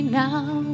now